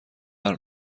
آور